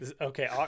okay